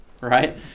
Right